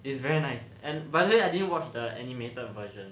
it's very nice and by the way I didn't watch the animated version